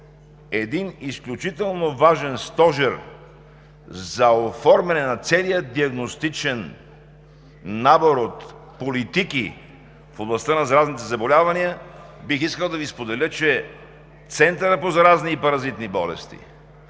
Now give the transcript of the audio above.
един изключително важен стожер за оформяне на целия диагностичен набор от политики в областта на заразните заболявания, бих искал да Ви споделя, че Центърът по заразни и паразитни болести,